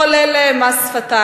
כל אלה הם מס שפתיים,